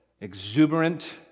exuberant